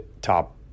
top